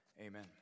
Amen